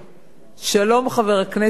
חבר הכנסת אורי אורבך,